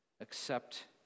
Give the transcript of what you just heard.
accept